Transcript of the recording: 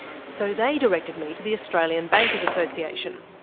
so they directed me to the australian bankers' association.